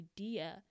idea